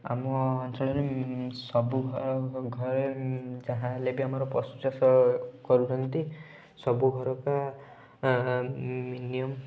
ଆମ ଅଞ୍ଚଳରେ ସବୁ ଘର ଘରେ ଯାହା ହେଲେବି ଆମର ପଶୁ ଚାଷ କରୁଛନ୍ତି ସବୁ ଘରକା ମିନିୟମ୍